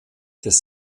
des